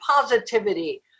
positivity